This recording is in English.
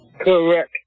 Correct